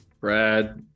Brad